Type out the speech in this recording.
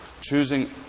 choosing